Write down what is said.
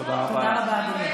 תודה רבה, אדוני.